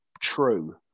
true